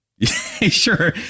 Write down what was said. Sure